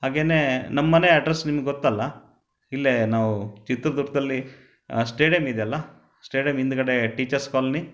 ಹಾಗೇನೇ ನಮ್ಮ ಮನೆ ಅಡ್ರೆಸ್ ನಿಮ್ಗೆ ಗೊತ್ತಲ್ಲ ಇಲ್ಲೇ ನಾವು ಚಿತ್ರದುರ್ಗದಲ್ಲಿ ಸ್ಟೇಡಿಯಂ ಇದೆಯಲ್ಲ ಸ್ಟೇಡಿಯಂ ಹಿಂದ್ಗಡೆ ಟೀಚರ್ಸ್ ಕಾಲೊನಿ